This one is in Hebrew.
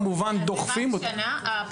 כמובן, דוחפים --- רק חיצונית.